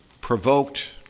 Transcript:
provoked